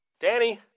Danny